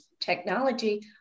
technology